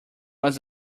was